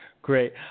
Great